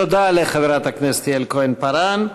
תודה לחברת הכנסת יעל כהן-פארן.